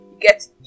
get